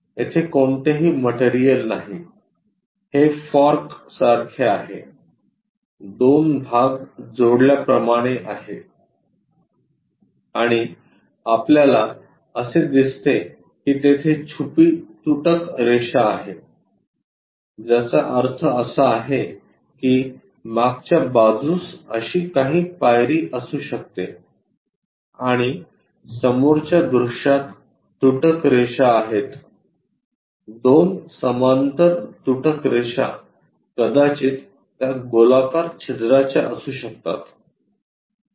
येथे कोणतेही मटेरियल नाही हे फॉर्क सारखे आहे दोन भाग जोडल्या प्रमाणे आहे आणि आपल्याला असे दिसते की तेथे छुपी तुटक रेषा आहे ज्याचा अर्थ असा आहे की मागच्या बाजूस अशी काही पायरी असू शकते आणि समोरच्या दृश्यात तुटक रेषा आहेत दोन समांतर तुटक रेषा कदाचित त्या गोलाकार छिद्राच्या असू शकतात